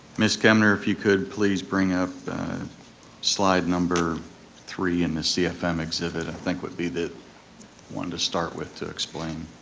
miss kemner, if you could please bring up slide number three in the cfm exhibit i think would be the one to start with to explain.